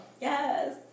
Yes